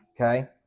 okay